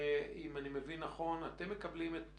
ואנחנו לא יכולים לתת